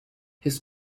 his